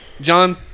John